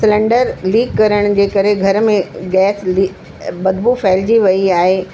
cylinder leak करण जे करे घर में गैस लि बदबू फहिलिजी वेई आहे